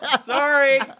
Sorry